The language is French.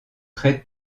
très